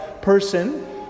person